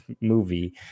movie